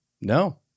No